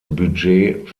budget